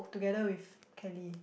together with Kelly